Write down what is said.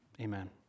Amen